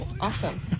awesome